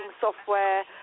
software